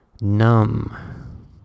numb